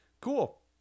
cool